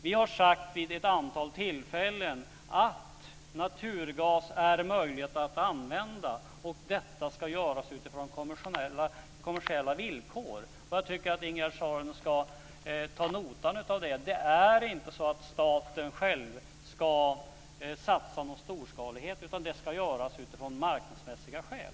Vi har sagt vid ett antal tillfällen att naturgas är möjlig att använda, och att detta ska göras utifrån kommersiella villkor. Jag tycker att Ingegerd Saarinen ska ta detta ad notam. Staten själv ska inte satsa på någon storskalighet. Det ska göras utifrån marknadsmässiga skäl.